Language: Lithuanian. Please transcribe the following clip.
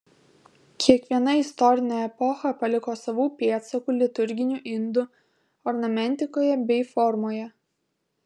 kiekviena istorinė epocha paliko savų pėdsakų liturginių indų ornamentikoje bei formoje